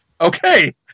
Okay